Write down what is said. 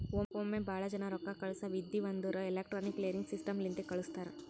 ಒಮ್ಮೆ ಭಾಳ ಜನಾ ರೊಕ್ಕಾ ಕಳ್ಸವ್ ಇದ್ಧಿವ್ ಅಂದುರ್ ಎಲೆಕ್ಟ್ರಾನಿಕ್ ಕ್ಲಿಯರಿಂಗ್ ಸಿಸ್ಟಮ್ ಲಿಂತೆ ಕಳುಸ್ತಾರ್